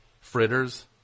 Fritters